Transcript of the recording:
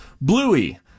Bluey